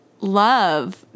Love